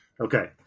Okay